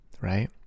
right